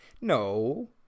No